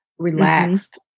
relaxed